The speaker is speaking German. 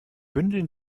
bündeln